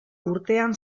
urtean